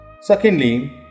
Secondly